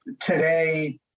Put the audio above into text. Today